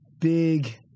big